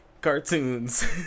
cartoons